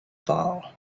fall